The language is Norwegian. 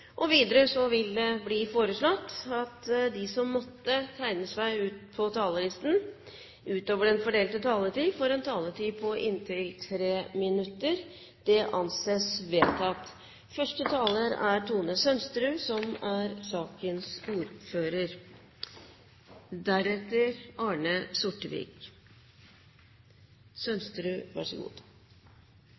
foreslått at de som måtte tegne seg på talerlisten utover den fordelte taletid, får en taletid på inntil 3 minutter. – Det anses vedtatt.